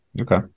okay